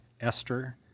Esther